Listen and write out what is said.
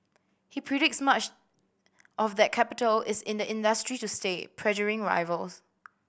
he predicts much of that capital is in the industry to stay pressuring rivals